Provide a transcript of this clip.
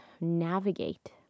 navigate